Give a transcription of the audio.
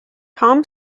tom